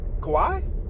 Kawhi